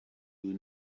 you